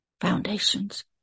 foundations